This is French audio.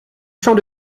champ